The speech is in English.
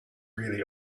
really